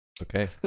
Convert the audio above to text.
okay